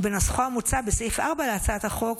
בנוסחו המוצע בסעיף 4 להצעת החוק,